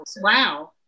wow